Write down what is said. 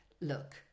look